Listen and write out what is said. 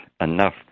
enough